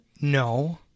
No